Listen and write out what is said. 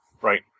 Right